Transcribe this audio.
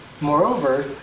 moreover